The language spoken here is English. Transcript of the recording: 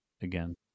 again